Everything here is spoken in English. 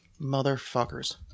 Motherfuckers